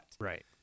Right